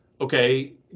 okay